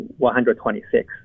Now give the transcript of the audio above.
126